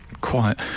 quiet